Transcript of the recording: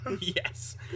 Yes